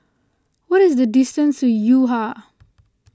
what is the distance to Yo Ha